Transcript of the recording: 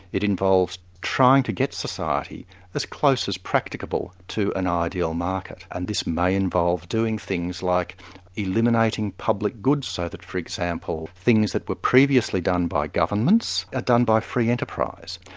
it involves trying to get society as close as practicable to an ideal market, and this may involve doing things like eliminating public goods, so that for example, things that were previously done by governments are ah done by free enterprise.